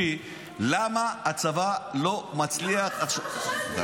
לא, הרי כשאת שואלת אותי למה הצבא לא מצליח, לא,